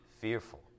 fearful